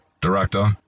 Director